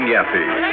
Yaffe